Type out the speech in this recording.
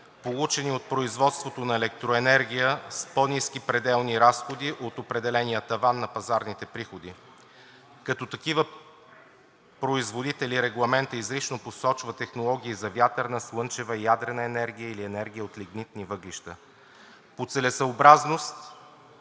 получени от производство на електроенергия с по-ниски пределни разходи от определения таван за пазарните приходи. Като такива производители Регламентът изрично посочва технологии за вятърна, слънчева и ядрена енергия или енергия от лигнитни въглища. По целесъобразност